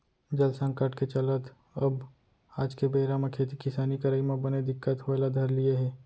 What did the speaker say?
जल संकट के चलत अब आज के बेरा म खेती किसानी करई म बने दिक्कत होय ल धर लिये हे